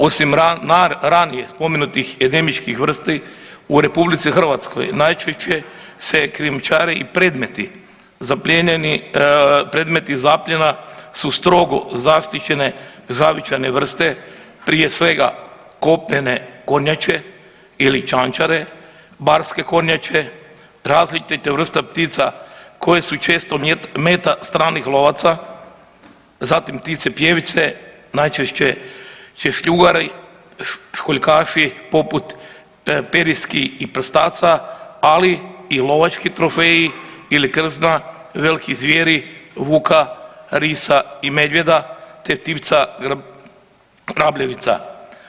Osim ranije spomenutih endemičkih vrsti u RH najčešće se krijumčare i predmeti zaplijenjeni, predmeti zapljena su strogo zaštićene zavičajne vrste prije svega kopnene kornjače ili čančare, barske kornjače, različite vrste ptica koje su često meta stranih lovaca, zatim ptice pjevice, najčešće češljugari, školjkaši poput periski i prstaca, ali i lovački trofeji ili krzna velikih zvijeri vuka, risa i medvjeda, te ptica grabljivica.